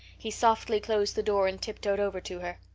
he softly closed the door and tiptoed over to her.